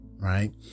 right